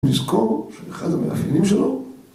נזכור שאחד המאפיינים שלו